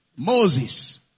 Moses